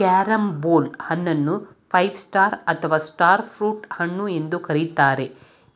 carambola ಹಣ್ಣನ್ನು five star ಅಥವಾ star fruit ಹಣ್ಣು ಎಂದು ಕರಿತಾರೆ